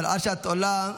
אבל עד שאת עולה,